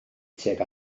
tuag